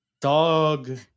Dog